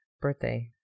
birthday